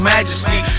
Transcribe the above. Majesty